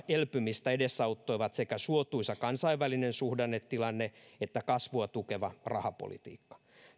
elpymistä edesauttoivat sekä suotuisa kansainvälinen suhdannetilanne että kasvua tukeva rahapolitiikka